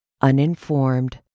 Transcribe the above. Uninformed